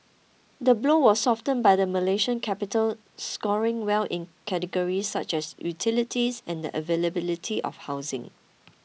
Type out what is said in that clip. the blow was softened by the Malaysian capital scoring well in categories such as utilities and the availability of housing